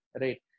right